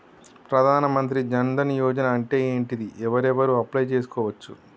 ప్రధాన మంత్రి జన్ ధన్ యోజన అంటే ఏంటిది? ఎవరెవరు అప్లయ్ చేస్కోవచ్చు?